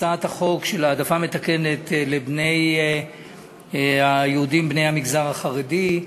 הצעת חוק להעדפה מתקנת של יהודים בני המגזר החרדי,